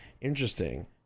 interesting